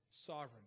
sovereign